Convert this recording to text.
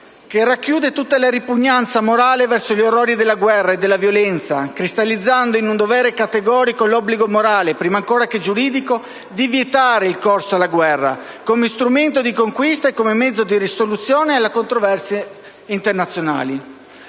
che racchiude tutta la ripugnanza morale verso gli orrori della guerra e della violenza, cristallizzando in un dovere categorico l'obbligo morale, prima ancora che giuridico, di vietare il ricorso alla guerra come strumento di conquista e come mezzo di risoluzione delle controversie internazionali.